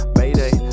mayday